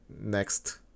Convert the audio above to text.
next